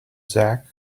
zach